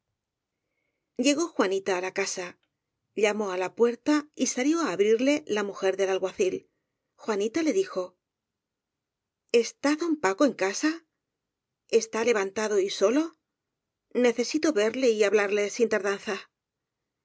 llegó juanita á la casa llamó á la puerta y salió á abrirle la mujer del alguacil juanita le dijo está don paco en casa está levantado y solo necesito verle y hablarle sin tardanza